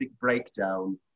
breakdown